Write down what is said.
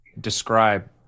describe